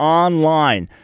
online